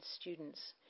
students